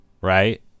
right